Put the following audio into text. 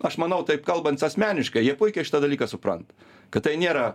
aš manau taip kalbant asmeniškai jie puikiai šitą dalyką supranta kad tai nėra